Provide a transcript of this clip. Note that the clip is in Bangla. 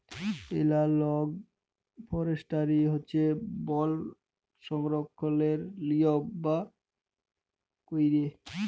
এলালগ ফরেস্টিরি হছে বল সংরক্ষলের লিয়ম ক্যইরে